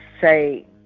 say